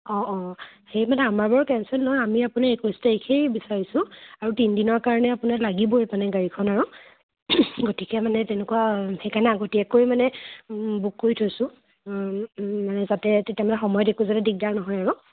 অ' অ' সেই মানে আমাৰ বাৰু কেঞ্চেল নহয় আমি আপুনি একৈছ তাৰিখেই বিচাৰিছোঁ আৰু তিনি দিনৰ কাৰণে আপোনাৰ লাগিবই মানে গাড়ীখন আৰু গতিকে মানে তেনেকুৱা সেইকাৰণে আগতীয়াকৈ মানে বুক কৰি থৈছোঁ যাতে তেতিয়া মানে সময়ত একো যাতে দিগদাৰ নহয় আৰু